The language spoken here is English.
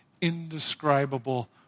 indescribable